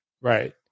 right